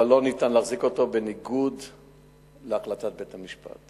אבל לא ניתן להחזיק אותו בניגוד להחלטת בית-המשפט.